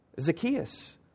Zacchaeus